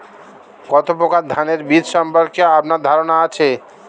কত প্রকার ধানের বীজ সম্পর্কে আপনার ধারণা আছে?